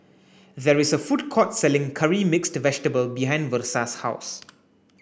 there is a food court selling curry mixed vegetable behind Versa's house